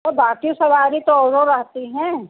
और बाकी सवारी तो और रहती है